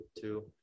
two